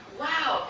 wow